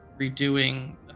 redoing